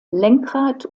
lenkrad